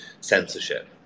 censorship